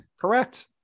correct